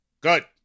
Good